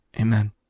Amen